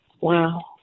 Wow